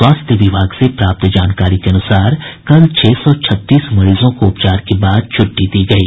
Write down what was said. स्वास्थ्य विभाग से प्राप्त जानकारी के अनुसार कल छह सौ छत्तीस मरीजों को उपचार के बाद छुट्टी दी गयी